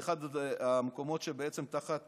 זה אחד המקומות שתחת